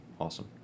awesome